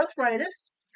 arthritis